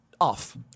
off